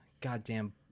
Goddamn